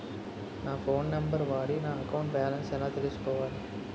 నా phone number వాడి నా అకౌంట్ బాలన్స్ ఎలా తెలుసుకోవాలి?